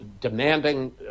demanding